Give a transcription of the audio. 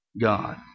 God